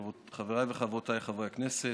חבריי וחברותיי חברי הכנסת,